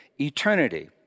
eternity